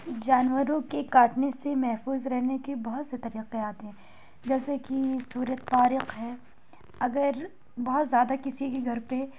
جانوروں کے کاٹنے سے محفوظ رہنے کے بہت سے تریقیات ہیں جیسے کی سورہ طارق ہے اگر بہت زیادہ کسی کے گھر پہ